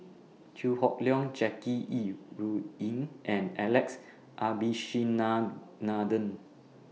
Chew Hock Leong Jackie Yi Ru Ying and Alex Abishenanaden